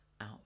out